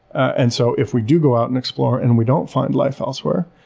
and so if we do go out and explore and we don't find life elsewhere,